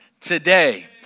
today